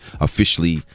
officially